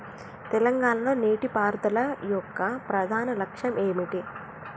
తెలంగాణ లో నీటిపారుదల యొక్క ప్రధాన లక్ష్యం ఏమిటి?